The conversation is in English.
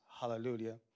hallelujah